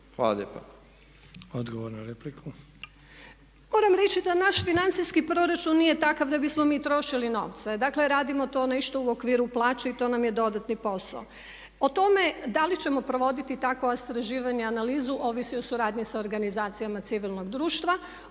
na repliku. **Ljubičić, Višnja** Moram reći da naš financijski proračun nije takav da bismo mi trošili novce. Dakle, radimo to nešto u okviru plaće i to nam je dodatni posao. O tome da li ćemo provoditi takova istraživanja i analizu ovisi o suradnji sa organizacijama civilnog društva.